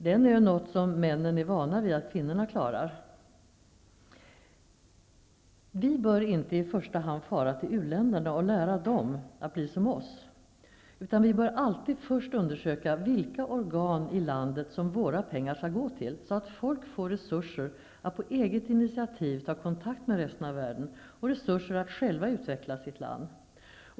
Den är ju något som männen är vana vid att kvinnorna klarar. Vi bör inte i första hand fara till u-länderna och lära dem att bli som oss, utan vi bör alltid först undersöka vilka organ i landet som våra pengar skall gå till, så att folk får resurser att på eget initiativ ta kontakt med resten av världen och resurser att själva utveckla sitt land.